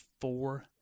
four